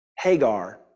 Hagar